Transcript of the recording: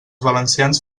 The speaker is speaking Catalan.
valencians